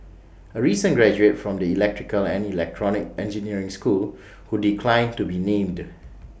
A recent graduate from the electrical and electronic engineering school who declined to be named